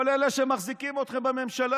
כל אלה שמחזיקים אתכם בממשלה.